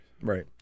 Right